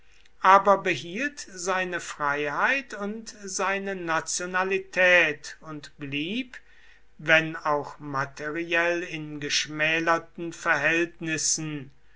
aber behielt seine freiheit und seine nationalität und blieb wenn auch materiell in geschmälerten verhältnissen